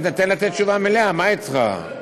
תן לתת תשובה מלאה, מה אתך?